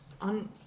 On